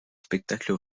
spectacle